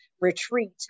retreat